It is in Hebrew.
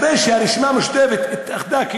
אחרי שהרשימה המשותפת התאחדה,